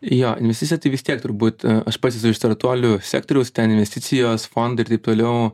jo investicija tai vis tiek turbūt aš pats esu iš startuolių sektoriaus ten investicijos fondai ir taip toliau